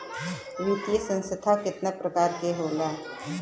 वित्तीय संस्था कितना प्रकार क होला?